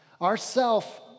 Ourself